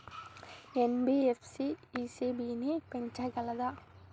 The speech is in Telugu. ఎన్.బి.ఎఫ్.సి ఇ.సి.బి ని పెంచగలదా?